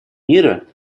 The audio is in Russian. мира